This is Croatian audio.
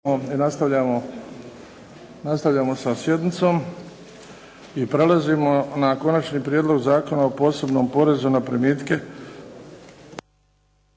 Nastavljamo sa sjednicom i prelazimo na - Prijedlog zakona o posebnom porezu na primitke